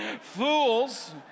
Fools